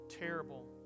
terrible